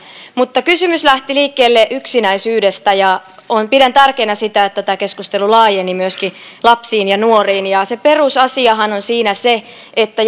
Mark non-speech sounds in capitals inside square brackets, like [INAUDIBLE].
kysymys lähti liikkeelle yksinäisyydestä ja pidän tärkeänä sitä että tämä keskustelu laajeni myöskin lapsiin ja nuoriin se perusasiahan on siinä se että [UNINTELLIGIBLE]